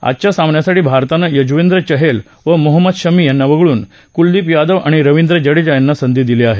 आजच्या सामन्यासाठी भारतानं युजवेंद्र चहल आणि मोहम्म्द शमी यांना वगळून कुलदीप यादव आणि रविंद्र जडेजा यांना संधी दिली आहे